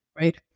right